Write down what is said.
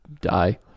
die